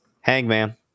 Hangman